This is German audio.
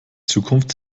zukunft